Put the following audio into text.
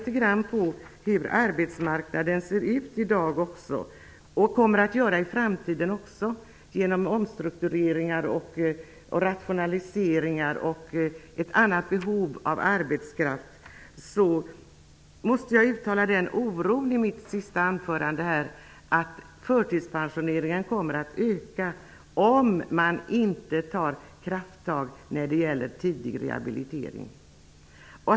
Med tanke på hur arbetsmarknaden ser ut i dag, hur den kommer att se ut i framtiden genom omstruktureringar, rationaliseringar och ett annat behov av arbetskraft måste jag uttala den oron att jag är rädd för att förtidspensioneringen kommer att öka om man inte tar krafttag för tidig rehabilitering.